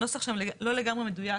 הנוסח שם לא לגמרי מדויק